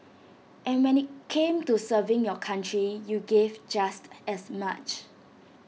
but when IT came to serving your country you gave just as much